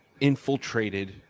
infiltrated